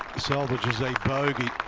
salvages a bogey.